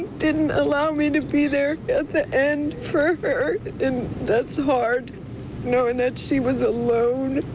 didn't allow me to be there at the end for her and that's hard knowing that she was alone.